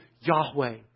Yahweh